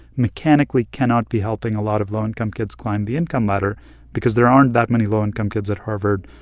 mechanically, cannot be helping a lot of low-income kids climb the income ladder because there aren't that many low-income kids at harvard,